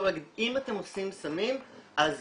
אלא אם אתם עושים סמים אז